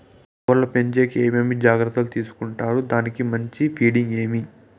కోళ్ల పెంచేకి ఏమేమి జాగ్రత్తలు తీసుకొంటారు? దానికి మంచి ఫీడింగ్ ఏమి?